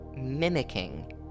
Mimicking